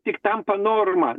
tik tampa norma